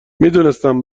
میدونستم